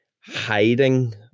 hiding